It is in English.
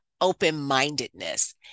open-mindedness